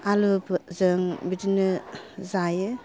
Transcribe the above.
आलुजों बिदिनो जायो